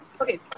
Okay